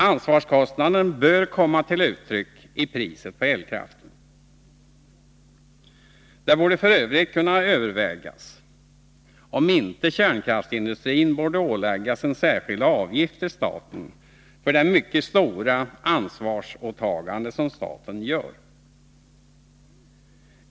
Ansvarskostnaden bör komma till uttryck i priset på elkraften. Det borde f. ö. kunna övervägas om inte kärnkraftsindustrin bör åläggas en särskild avgift till staten för det mycket stora ansvarsåtagande som staten fullgör.